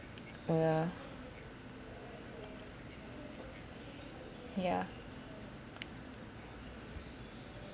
yeah yeah